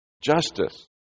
Justice